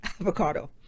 avocado